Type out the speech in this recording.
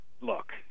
look